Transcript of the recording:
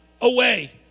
away